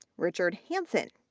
richard hansen,